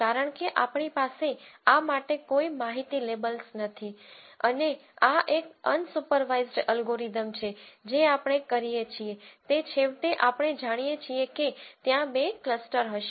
કારણ કે આપણી પાસે આ માટે કોઈ માહિતી લેબલ્સ નથી અને આ એક અનસુપરવાઈસ્ડ એલ્ગોરિધમ છે જે આપણે કરીએ છીએ તે છેવટે આપણે જાણીએ છીએ કે ત્યાં બે ક્લસ્ટર હશે